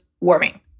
warming